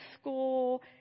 school